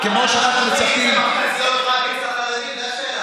מכת"זיות מים אצל החרדים,